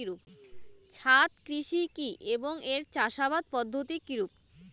ছাদ কৃষি কী এবং এর চাষাবাদ পদ্ধতি কিরূপ?